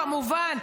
כמובן,